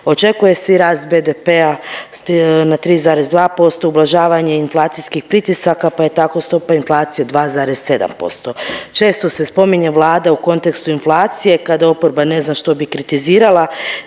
Očekuje se i rast BDP-a na 3,2%, ublažavanje inflacijskih pritisaka pa je tako stopa inflacije 2,7%. Često se spominje Vlada u kontekstu inflacije kada oporba ne zna što bi kritizirala.